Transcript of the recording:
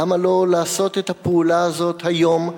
למה לא לעשות את הפעולה הזאת היום,